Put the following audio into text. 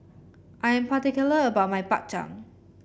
I am particular about my Bak Chang